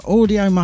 Audio